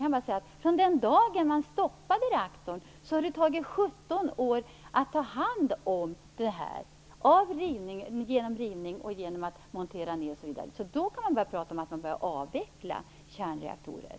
Från den dagen man stoppar reaktorn tar det 17 år att ta hand om den genom rivning, nedmontering osv. Då kan man börja prata om att avveckla kärnreaktorer!